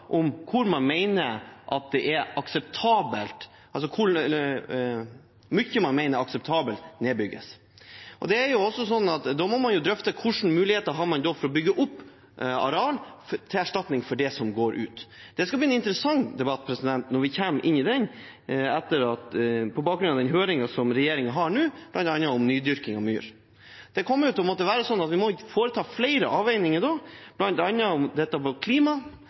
hvor mye man mener er akseptabelt at nedbygges. Da må man drøfte hvilke muligheter man har for å bygge opp areal til erstatning for det som går ut. Det skal bli en interessant debatt, når vi kommer inn i den – på bakgrunn av den høringen som regjeringen har nå, bl.a. om nydyrking av myr. Da kommer vi til å måtte foreta flere avveininger, bl.a. om det som gjelder klima, som representanten Kjenseth var inne på,